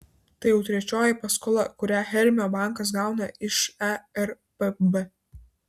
tai jau trečioji paskola kurią hermio bankas gauna iš erpb